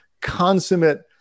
consummate